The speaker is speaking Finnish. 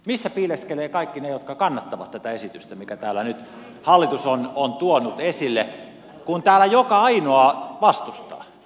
missä piileskelevät kaikki ne jotka kannattavat tätä esitystä minkä täällä nyt hallitus on tuonut esille kun täällä joka ainoa vastustaa